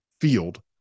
Field